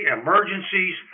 emergencies